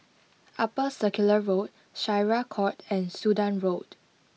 Upper Circular Road Syariah Court and Sudan Road